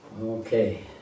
okay